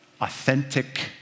authentic